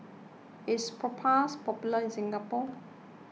is Propass popular in Singapore